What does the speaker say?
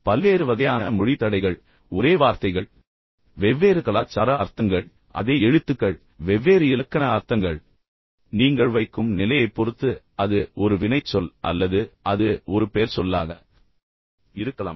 பல்வேறு வகையான மொழி தடைகள் ஒரே வார்த்தைகள் வெவ்வேறு கலாச்சார அர்த்தங்கள் அதே எழுத்துக்கள் வெவ்வேறு இலக்கண அர்த்தங்கள் நீங்கள் வைக்கும் நிலையைப் பொறுத்து அது ஒரு வினைச்சொல் அல்லது அது ஒரு பெயர்ச்சொல்லாக இருக்கலாம்